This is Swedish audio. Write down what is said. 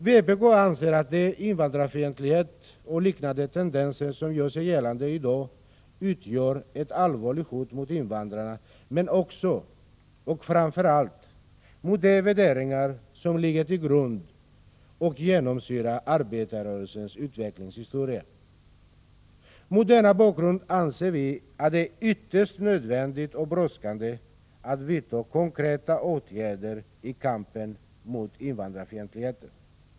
Vpk anser att invandrarfientlighet och liknande tendenser som gör sig gällande i dag utgör ett allvarligt hot mot invandrarna men också och framför allt mot de värderingar som ligger till grund för och genomsyrar arbetarrörelsens utvecklingshistoria. Mot denna bakgrund anser vi att det är ytterst nödvändigt och brådskande att vidta konkreta åtgärder i kampen mot invandrarfientligheten.